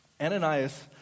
Ananias